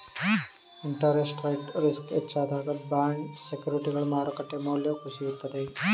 interest rate risk ಹೆಚ್ಚಾದಾಗ bond ಸೆಕ್ಯೂರಿಟಿಗಳ ಮಾರುಕಟ್ಟೆ ಮೌಲ್ಯ ಕುಸಿಯುತ್ತದೆ